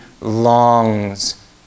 longs